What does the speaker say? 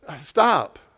Stop